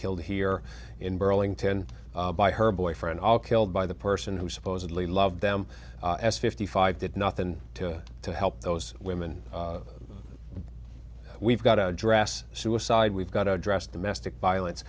killed here in burlington by her boyfriend all killed by the person who supposedly love them as fifty five did nothing to help those women we've got to address suicide we've got to address domestic violence